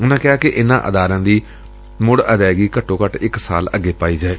ਉਨੂਾਂ ਕਿਹਾ ਕਿ ਇਨੂਾਂ ਅਦਾਰਿਆਂ ਦੀ ਮੁੜ ਅਦਾਇਗੀ ਘੱਟੋ ਘੱਟ ਇਕ ਸਾਲ ਅੱਗੇ ਪਾਈ ਜਾਏ